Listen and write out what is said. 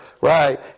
right